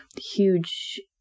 huge